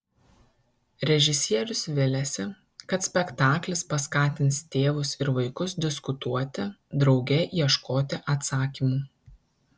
režisierius viliasi kad spektaklis paskatins tėvus ir vaikus diskutuoti drauge ieškoti atsakymų